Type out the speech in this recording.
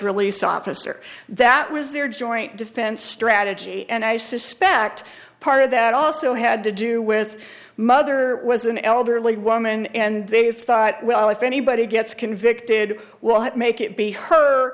release officer that was their joint defense strategy and i suspect part of that also had to do with mother was an elderly woman and they thought well if anybody gets convicted we'll have to make it be her